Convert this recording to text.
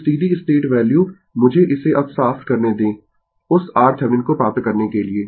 तो steady state value मुझे इसे अब साफ करने दें उस RThevenin को प्राप्त करने के लिए